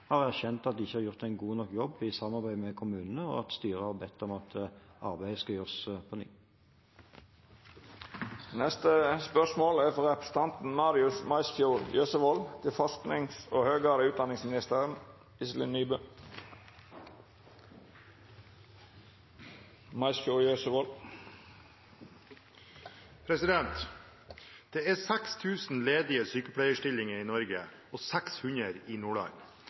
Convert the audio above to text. har erkjent at de ikke har gjort en god nok jobb i samarbeidet med kommunene, og at styret har bedt om at arbeidet skal gjøres på nytt. Dette spørsmålet må utsetjast til neste spørjetime. «Det er 6 000 ledige sykepleierstillinger i Norge, og 600 i Nordland, ifølge sykepleierforbundet. Økningen det